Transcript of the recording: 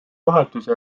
juhatuse